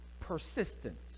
persistence